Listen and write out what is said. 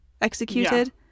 executed